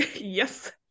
yes